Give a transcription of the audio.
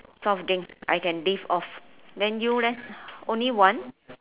soft drink I can live off then you leh only one